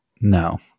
No